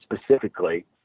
specifically